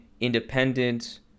independent